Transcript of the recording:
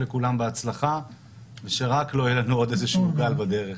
לכולם בהצלחה ושרק לא יהיה לנו עוד איזשהו גל בדרך,